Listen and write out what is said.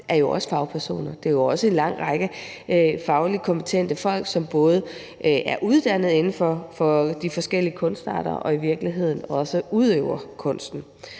er jo også fagpersoner – det er jo også en lang række fagligt kompetente folk, som både er uddannet inden for de forskellige kunstarter og i virkeligheden også udøver kunst.